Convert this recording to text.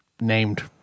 named